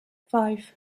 five